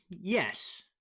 Yes